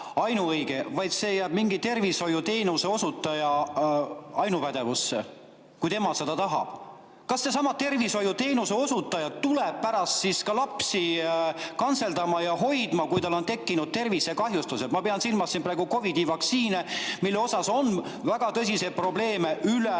vaid see jääb mingi tervishoiuteenuse osutaja ainupädevusse, kui tema seda tahab. Kas seesama tervishoiuteenuse osutaja tuleb pärast siis ka last kantseldama ja hoidma, kui tal on tekkinud tervisekahjustusi? Ma pean silmas praegu COVID-i vaktsiine, mille suhtes on väga tõsiseid probleeme üle